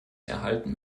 erhalten